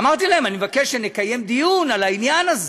אמרתי להם: אני מבקש שנקיים דיון בעניין הזה,